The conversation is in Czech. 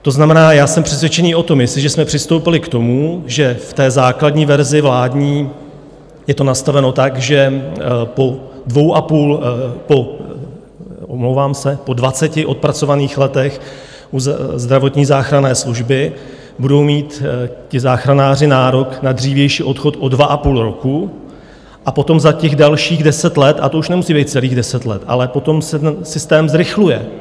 To znamená, jsem přesvědčen o tom, jestliže jsme přistoupili k tomu, že v základní verzi vládní je to nastaveno tak, že po dvou a půl omlouvám se, po 20 odpracovaných letech u zdravotní záchranné služby budou mít záchranáři nárok na dřívější odchod o 2,5 roku a potom za dalších 10 let, a to už nemusí být celých 10 let, ale potom se ten systém zrychluje.